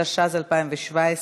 התשע"ז 2017,